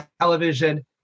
television